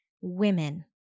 women